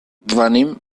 venim